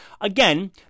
Again